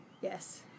Yes